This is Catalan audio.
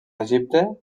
egipte